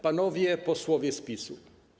Panowie Posłowie z PiS-u!